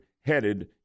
headed